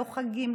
לא חגים,